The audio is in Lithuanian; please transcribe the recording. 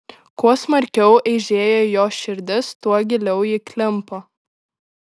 kuo smarkiau eižėjo jos širdis tuo giliau ji klimpo